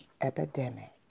epidemic